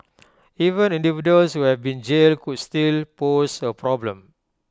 even individuals who have been jailed could still pose A problem